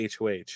HOH